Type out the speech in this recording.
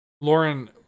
Lauren